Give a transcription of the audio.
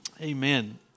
Amen